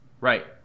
right